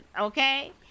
okay